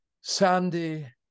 Sandy